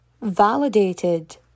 validated